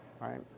right